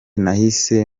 nahise